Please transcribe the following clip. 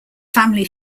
family